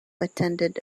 attended